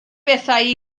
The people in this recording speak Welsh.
bethau